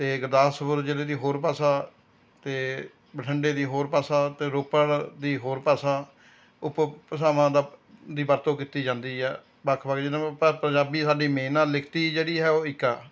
ਅਤੇ ਗੁਰਦਾਸਪੁਰ ਜ਼ਿਲ੍ਹੇ ਦੀ ਹੋਰ ਭਾਸ਼ਾ ਅਤੇ ਬਠਿੰਡੇ ਦੀ ਹੋਰ ਭਾਸ਼ਾ ਅਤੇ ਰੋਪੜ ਦੀ ਹੋਰ ਭਾਸ਼ਾ ਉਪ ਭਾਸ਼ਾਵਾਂ ਦਾ ਦੀ ਵਰਤੋਂ ਕੀਤੀ ਜਾਂਦੀ ਹੈ ਵੱਖ ਵੱਖ ਜ਼ਿਲ੍ਹਿਆਂ ਵਿੱਚ ਪਰ ਪੰਜਾਬੀ ਸਾਡੀ ਮੇਨ ਆ ਲਿਖਤੀ ਜਿਹੜੀ ਹੈ ਉਹ ਇੱਕ ਆ